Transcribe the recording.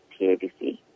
TABC